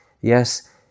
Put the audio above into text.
Yes